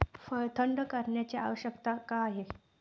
फळ थंड करण्याची आवश्यकता का आहे?